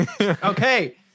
Okay